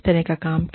किस तरह का काम है